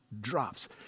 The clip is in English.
drops